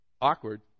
Awkward